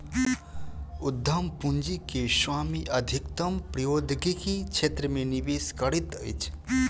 उद्यम पूंजी के स्वामी अधिकतम प्रौद्योगिकी क्षेत्र मे निवेश करैत अछि